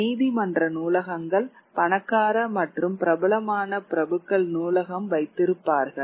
நீதிமன்ற நூலகங்கள் பணக்கார மற்றும் பிரபலமான பிரபுக்கள் நூலகம் வைத்திருப்பார்கள்